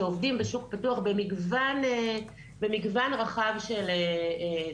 שעובדים בשוק פתוח במגוון רחב של תחומים,